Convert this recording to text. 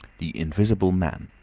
the invisible man,